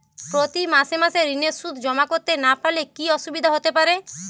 প্রতি মাসে মাসে ঋণের সুদ জমা করতে না পারলে কি অসুবিধা হতে পারে?